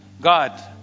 God